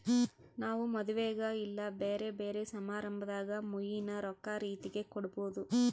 ನಾವು ಮದುವೆಗ ಇಲ್ಲ ಬ್ಯೆರೆ ಬ್ಯೆರೆ ಸಮಾರಂಭದಾಗ ಮುಯ್ಯಿನ ರೊಕ್ಕ ರೀತೆಗ ಕೊಡಬೊದು